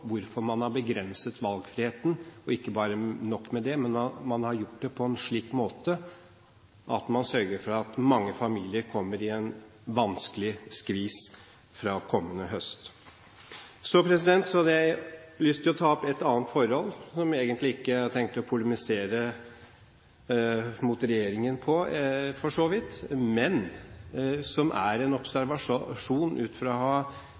hvorfor man har begrenset valgfriheten, og ikke bare det – man har gjort det på en slik måte at man har sørget for at mange familier kommer i en vanskelig skvis fra kommende høst. Jeg har lyst til å ta opp et annet forhold hvor jeg egentlig ikke har tenkt til å polemisere mot regjeringen, men som er en